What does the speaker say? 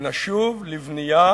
ונשוב לבנייה